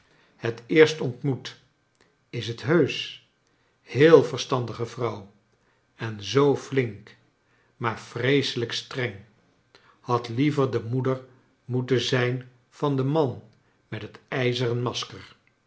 het eerst ontmoet is t heusch heele verstandige vrouw en zoo flink maar vreeselijk streng had liever de moeder moeten zijn van den man met het ijzeren masker